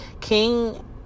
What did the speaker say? king